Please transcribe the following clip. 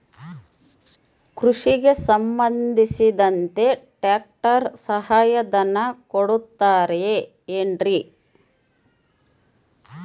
ಕೃಷಿಗೆ ಸಂಬಂಧಿಸಿದಂತೆ ಟ್ರ್ಯಾಕ್ಟರ್ ಸಹಾಯಧನ ಕೊಡುತ್ತಾರೆ ಏನ್ರಿ?